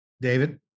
David